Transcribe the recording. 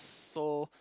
so